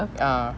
ah